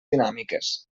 dinàmiques